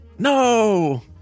No